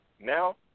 Now